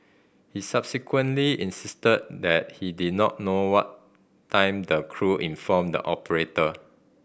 he subsequently insisted that he did not know what time the crew informed the operator